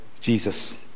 Jesus